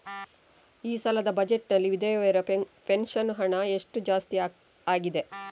ಈ ಸಲದ ಬಜೆಟ್ ನಲ್ಲಿ ವಿಧವೆರ ಪೆನ್ಷನ್ ಹಣ ಎಷ್ಟು ಜಾಸ್ತಿ ಆಗಿದೆ?